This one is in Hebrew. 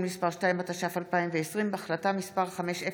(תיקון מס' 2), התש"ף 2020, החלטה מס' 5012,